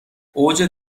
اوج